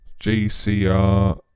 GCR